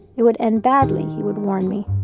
it would end badly, he would warn me.